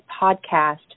podcast